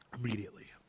Immediately